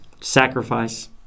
sacrifice